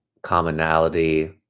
commonality